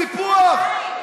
סיפוח.